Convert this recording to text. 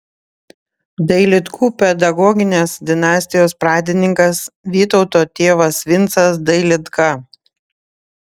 dailidkų pedagoginės dinastijos pradininkas vytauto tėvas vincas dailidka